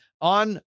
on